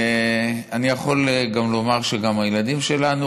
אני יכול לומר שגם הילדים שלנו,